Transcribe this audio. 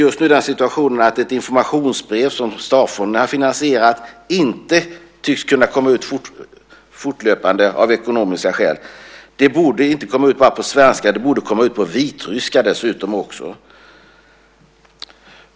Just nu tycks inte ett informationsbrev som Staaff-fonden har finansierat kunna komma ut fortlöpande av ekonomiska skäl. Det borde inte komma ut bara på svenska, utan det borde också komma ut på vitryska.